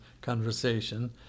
conversation